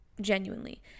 genuinely